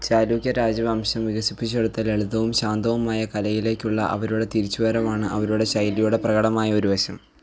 ചാലൂക്യ രാജവംശം വികസിപ്പിച്ചെടുത്ത ലളിതവും ശാന്തവുമായ കലയിലേക്കുള്ള അവരുടെ തിരിച്ചുവരവാണ് അവരുടെ ശൈലിയുടെ പ്രകടമായ ഒരു വശം